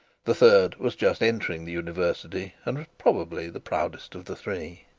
the third was just entering the university, and was probably the proudest of the three.